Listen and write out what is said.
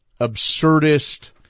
absurdist